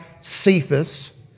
Cephas